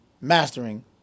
mastering